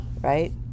right